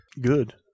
Good